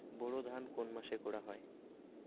বোরো ধান কোন মাসে করা হয়?